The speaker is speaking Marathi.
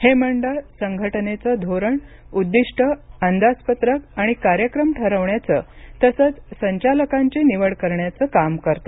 हे मंडळ संघटनेचं धोरण उद्दिष्ट अंदाजपत्रक आणि कार्यक्रम ठरवण्याचं तसंच संचालकांची निवड करण्याचं काम करते